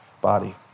body